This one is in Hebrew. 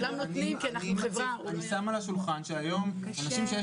אני שם על השולחן שהיום אנשים שיש